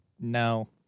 No